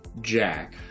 Jack